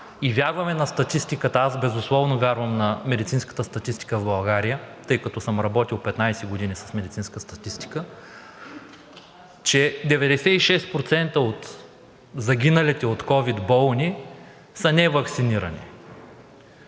и вярваме на статистиката – аз безусловно вярвам на медицинската статистика в България, тъй като съм работил 15 години с медицинска статистика, 96% от загиналите от ковид болни са неваксинирани.